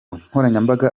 nkoranyambaga